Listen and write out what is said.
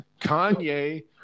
Kanye